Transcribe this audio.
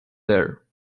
there